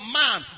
man